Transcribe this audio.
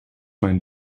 mijn